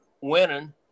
winning